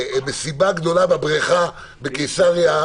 מסיבה גדולה בבריכה בקיסריה,